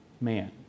man